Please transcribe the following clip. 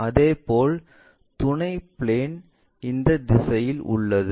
அதேபோல் துணை பிளேன் இந்த திசையில் உள்ளது